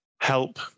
help